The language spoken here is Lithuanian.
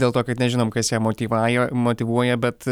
dėl to kad nežinom kas ją motyvaja motyvuoja bet